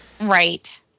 Right